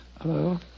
Hello